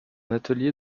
atelier